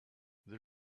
they